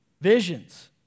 visions